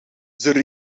zijn